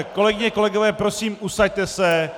Kolegyně, kolegové, prosím, usaďte se.